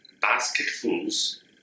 basketfuls